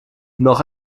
noch